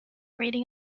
reading